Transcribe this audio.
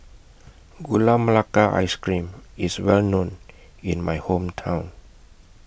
Gula Melaka Ice Cream IS Well known in My Hometown